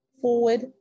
forward